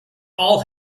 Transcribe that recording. all